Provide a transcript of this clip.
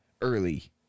early